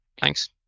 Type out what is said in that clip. Thanks